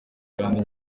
kandi